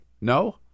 No